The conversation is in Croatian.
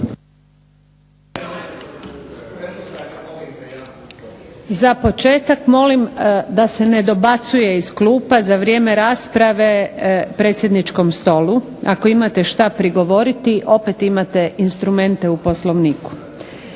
Za početak molim da se ne dobacuje iz klupa za vrijeme rasprave predsjedničkom stolu. Ako imate šta prigovoriti opet imate instrumente u Poslovniku.